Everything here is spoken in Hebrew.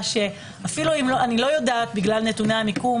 אפילו אם אני לא יודעת בגלל נתוני המיקום